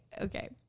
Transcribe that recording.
Okay